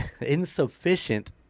insufficient